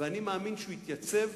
ואני מאמין שהוא יתייצב